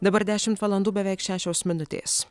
dabar dešimt valandų beveik šešios minutės